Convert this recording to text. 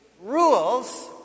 rules